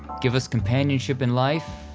give us companionship in life,